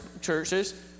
churches